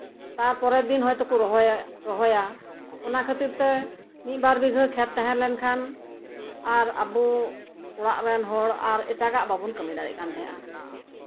ᱛᱟᱨᱯᱚᱨᱮᱨ ᱫᱤᱱ ᱦᱚᱭᱛᱳ ᱠᱚ ᱨᱚᱦᱚᱭᱟ ᱚᱱᱟ ᱠᱷᱟᱹᱛᱤᱨ ᱛᱮ ᱢᱤᱫ ᱵᱟᱨ ᱵᱤᱜᱷᱟᱹ ᱠᱷᱮᱛ ᱛᱟᱸᱦᱮ ᱞᱮᱱᱠᱷᱟᱱ ᱟᱨ ᱟᱵᱚ ᱚᱲᱟᱜ ᱨᱮᱱ ᱦᱚᱲ ᱟᱨ ᱮᱴᱟᱜ ᱵᱟᱵᱚᱱ ᱠᱟᱹᱢᱤ ᱫᱟᱲᱮᱭᱟ ᱠᱟᱱ ᱛᱟᱸᱦᱮᱜᱼᱟ